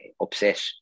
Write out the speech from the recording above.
upset